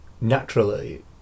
naturally